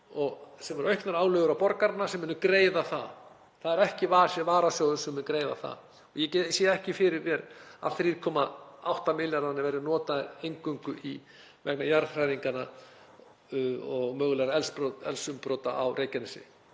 sem eru auknar álögur á borgarana, sem munu greiða það. Það er ekki varasjóður sem mun greiða það. Ég sé ekki fyrir mér að 3,8 milljarðarnir verði notaðir eingöngu vegna jarðhræringanna og mögulegra eldsumbrota á Reykjanesi